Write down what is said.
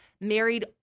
married